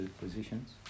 positions